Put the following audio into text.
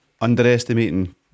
underestimating